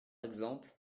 exemple